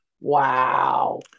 Wow